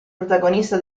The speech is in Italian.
protagonista